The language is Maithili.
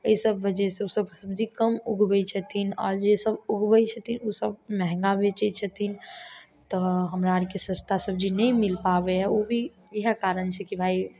अइ सभ वजहसँ उ सभ सब्जी कम उगबय छथिन आओर जे सभ उगबय छथिन उ सभ महगा बेचय छथिन तऽ हमरा आरके सस्ता सब्जी नहि मिल पाबयए ओ भी इएह कारण छै कि भाइ